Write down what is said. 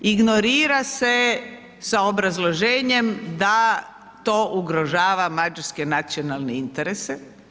Ignorira se sa obrazloženjem da to ugrožava mađarske nacionalne interese.